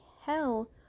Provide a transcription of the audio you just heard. hell